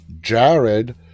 Jared